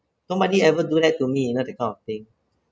nobody ever do that to me you know that kind of thing